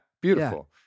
beautiful